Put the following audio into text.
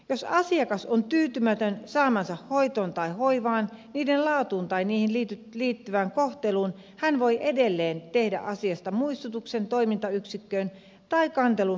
jos asiakas on tyytymätön saamaansa hoitoon tai hoivaan niiden laatuun tai niihin liittyvään kohteluun hän voi edelleen tehdä asiasta muistutuksen toimintayksikköön tai kantelun valvontaviranomaiselle